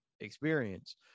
experience